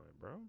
bro